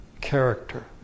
character